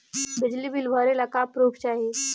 बिजली बिल भरे ला का पुर्फ चाही?